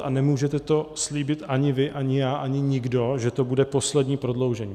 A nemůžete to slíbit ani vy, ani já, ani nikdo, že to bude poslední prodloužení.